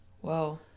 Whoa